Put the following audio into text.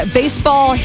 baseball